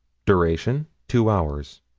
duration two hours.